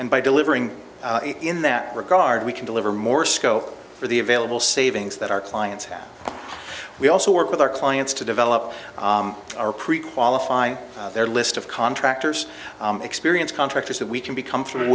and by delivering in that regard we can deliver more scope for the available savings that our clients have we also work with our clients to develop our pre qualify their list of contractors experience contractors that we can be comfort